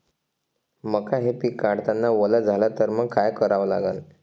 मका हे पिक काढतांना वल झाले तर मंग काय करावं लागन?